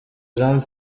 jean